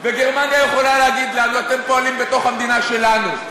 וגרמניה יכולה להגיד לנו: אתם פועלים בתוך המדינה שלנו,